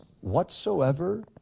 whatsoever